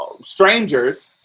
strangers